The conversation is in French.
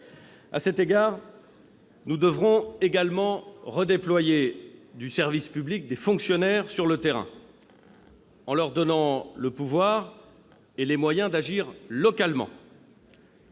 À cet égard, nous devrons également redéployer des fonctionnaires sur le terrain, en leur donnant le pouvoir et les moyens d'agir localement.